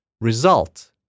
result